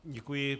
Děkuji.